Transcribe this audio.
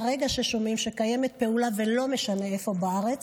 מהרגע שאנחנו שומעים שקיימת פעולה ולא משנה איפה בארץ,